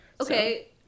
Okay